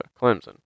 Clemson